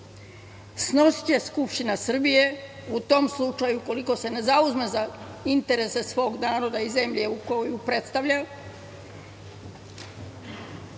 Snosiće Skupština Srbije u tom slučaju, ukoliko se ne zauzme za interese svog naroda i zemlje koju predstavlja. Narod